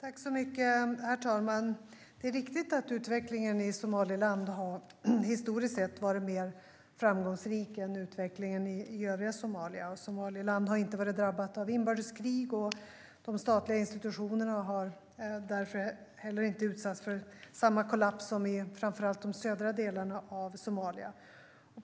Herr talman! Det är riktigt att utvecklingen i Somaliland historiskt sett har varit mer framgångsrik än utvecklingen i övriga Somalia. Somaliland har inte varit drabbat av inbördeskrig, och de statliga institutionerna har därför heller inte utsatts för samma kollaps som i framför allt de södra delarna av Somalia.